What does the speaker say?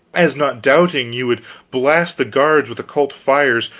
as not doubting you would blast the guards with occult fires,